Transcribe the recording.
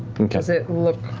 does it look,